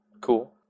Cool